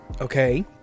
Okay